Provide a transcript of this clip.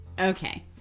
Okay